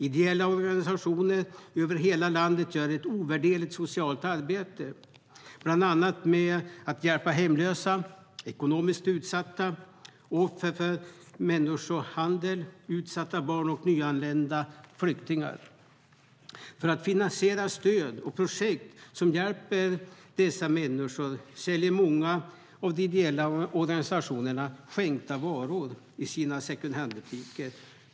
Ideella organisationer över hela landet gör ett ovärderligt socialt arbete, bland annat med att hjälpa hemlösa, ekonomiskt utsatta, offer för människohandel, utsatta barn och nyanlända flyktingar. För att finansiera stöd och projekt som hjälper dessa människor säljer många av de ideella organisationerna skänkta varor i sina second hand-butiker.